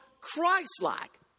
Christ-like